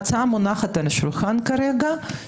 ההצעה מונחת על השולחן כרגע ואומרת